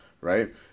right